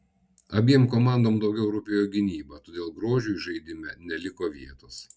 abiem komandom daugiau rūpėjo gynyba todėl grožiui žaidime neliko vietos